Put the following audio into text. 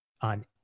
on